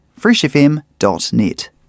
freshfm.net